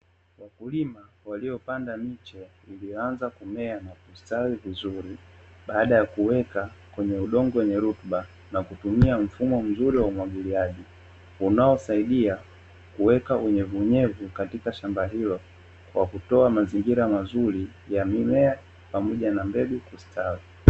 Duka la kuuza bidhaa za kila siku limefunguliwa ndani kuna mtu mmoja akiwa anaonekana upande wa mguu pamoja na viatu kuna picha ya ng'ombe mwenye mamlaka meupe na meusi kuna bidhaa zilizopangiliwa kwenye shelf na zinavutia wateja alikuwa ni mbishi